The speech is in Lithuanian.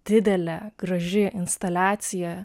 didelė graži instaliacija